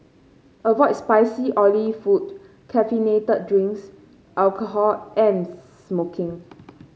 avoid spicy oily food caffeinated drinks alcohol and smoking